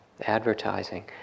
advertising